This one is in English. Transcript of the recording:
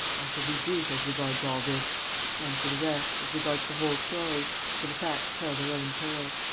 i shall be brief as regards all this and, for the rest, as regards the whole story, for the facts tell their own tale.